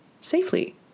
safely